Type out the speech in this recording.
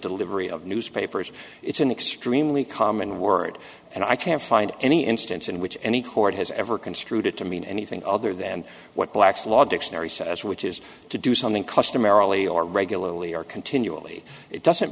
delivery of newspapers it's an extremely common word and i can't find any instance in which any court has ever construed it to mean anything other than what black's law dictionary says which is to do something customarily or regularly or continually it doesn't